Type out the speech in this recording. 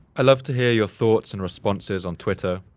i love to hear your thoughts and responses on twitter,